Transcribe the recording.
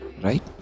Right